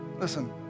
Listen